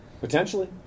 Potentially